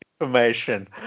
information